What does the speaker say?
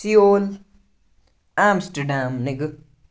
Seoul Amsterdam نِگہٕ